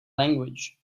language